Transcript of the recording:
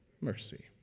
mercy